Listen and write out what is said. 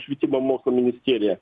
švietimo mokslo ministerija